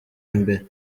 imbere